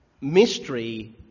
mystery